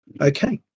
okay